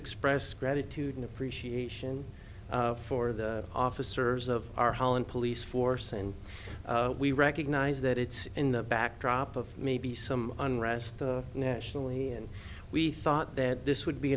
express gratitude and appreciation for the officers of our holland police force and we recognize that it's in the backdrop of maybe some unrest nationally and we thought that this would be